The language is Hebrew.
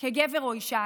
כגבר או אישה.